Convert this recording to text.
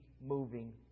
moving